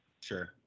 sure